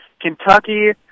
Kentucky